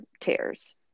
tears